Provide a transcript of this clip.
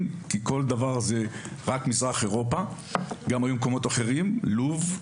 כי כל דבר זה רק מזרח אירופה למרות שהיו גם מקומות אחרים כמו לוב,